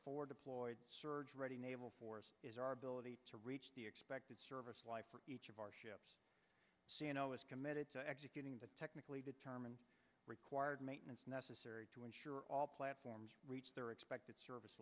four deployed surge ready naval force is our ability to reach the expected service life for each of our ships committed to executing the technically determined required maintenance necessary to ensure all platforms reach their expected service